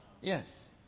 Yes